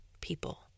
people